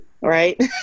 right